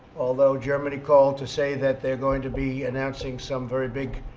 although, germany called to say that they're going to be announcing some very big